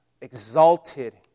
exalted